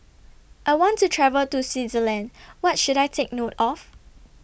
I want to travel to Switzerland What should I Take note of